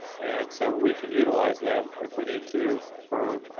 and so we can utilize them if we need to, for